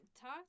talk